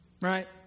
Right